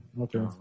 Okay